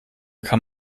kann